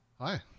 Hi